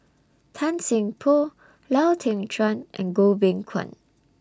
Tan Seng Poh Lau Teng Chuan and Goh Beng Kwan